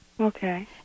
Okay